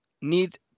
need